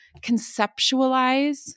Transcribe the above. conceptualize